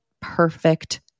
perfect